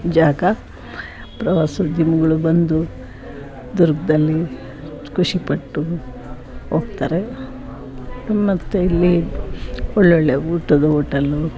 ಜಾಗ ಪ್ರವಾಸೋದ್ಯಮಗಳು ಬಂದು ದುರ್ಗದಲ್ಲಿ ಖುಷಿಪಟ್ಟು ಹೋಗ್ತಾರೆ ಮತ್ತು ಇಲ್ಲಿ ಒಳ್ಳೊಳ್ಳೆಯ ಊಟದ ಹೋಟಲು